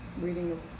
reading